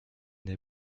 der